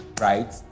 right